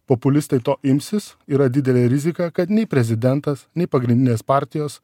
populistai to imsis yra didelė rizika kad nei prezidentas nei pagrindinės partijos